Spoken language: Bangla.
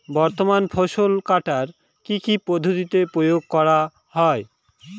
বর্তমানে ফসল কাটার কি কি পদ্ধতি প্রয়োগ করা হয়?